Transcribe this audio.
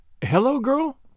Hello-girl